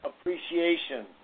appreciation